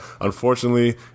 unfortunately